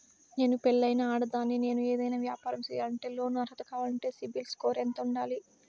నేను పెళ్ళైన ఆడదాన్ని, నేను ఏదైనా వ్యాపారం సేయాలంటే లోను అర్హత కావాలంటే సిబిల్ స్కోరు ఎంత ఉండాలి?